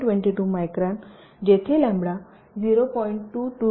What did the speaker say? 22 micron जेथे lambda 0